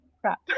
crap